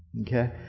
Okay